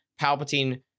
Palpatine